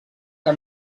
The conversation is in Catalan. que